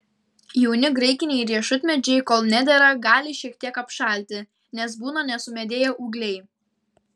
jauni graikiniai riešutmedžiai kol nedera gali šiek tiek apšalti nes būna nesumedėję ūgliai